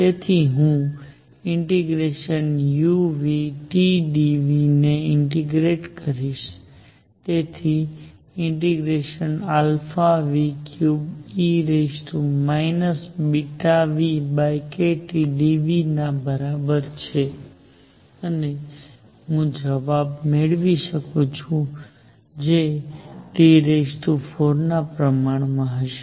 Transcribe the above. તેથી હું ∫udν ને ઇન્ટીગ્રેટ integrate કરીશ જે ∫α3e βνkTdν ના બરાબર છે અને હું જવાબ મેળવી શકું છું જે T4ના પ્રમાણમાં હશે